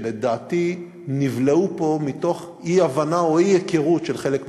שלדעתי נבלעו פה מתוך אי-הבנה או אי-היכרות של חלק מהתוכנית?